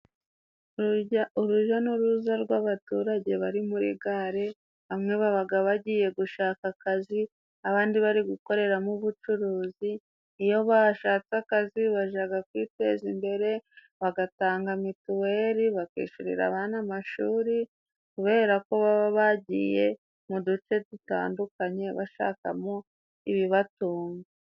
Urujya n'uruza rw'abaturage bari muri gare bamwe baba bagiye gushaka akazi, abandi bari gukoreramo ubucuruzi. Iyo bashatse akazi bajya kwiteza imbere bagatanga mituweli, bakishyurira abana amashuri kuberako baba bagiye mu duce dutandukanye bashakamo ibibatunga.